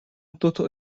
دوتا